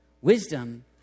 Wisdom